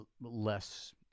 less